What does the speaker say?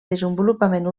desenvolupament